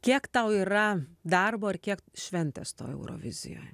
kiek tau yra darbo ar kiek šventės toj eurovizijoj